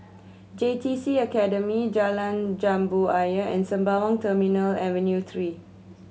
J T C Academy Jalan Jambu Ayer and Sembawang Terminal Avenue Three